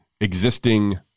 existing